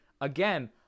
again